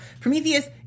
Prometheus